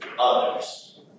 others